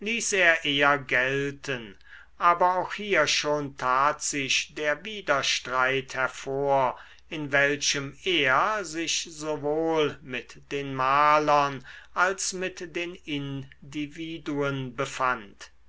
eher gelten aber auch hier schon tat sich der widerstreit hervor in welchem er sich sowohl mit den malern als mit den individuen befand